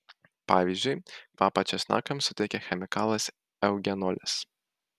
pavyzdžiui kvapą česnakams suteikia chemikalas eugenolis